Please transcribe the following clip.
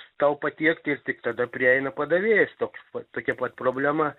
tau patiekti ir tik tada prieina padavėjas toks pat tokia pat problema